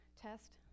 test